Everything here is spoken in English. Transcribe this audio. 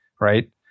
right